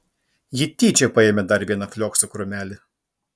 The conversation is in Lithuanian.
ji tyčia paėmė dar vieną flioksų krūmelį